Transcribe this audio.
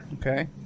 Okay